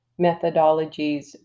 methodologies